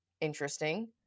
Interesting